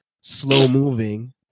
slow-moving